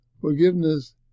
Forgiveness